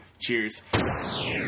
Cheers